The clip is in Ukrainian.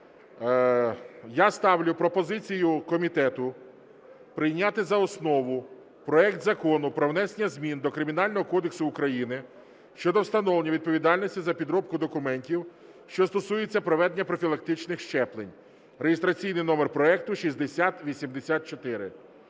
я ставлю пропозицію комітету прийняти за основу проект Закону про внесення змін до Кримінального кодексу України щодо встановлення відповідальності за підробку документів, що стосуються проведення профілактичних щеплень (реєстраційний номер проекту 6084).